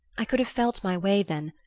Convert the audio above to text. i could have felt my way then,